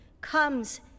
comes